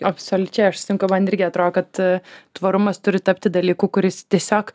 absoliučia aš sutinku man irgi atrodo kad tvarumas turi tapti dalyku kuris tiesiog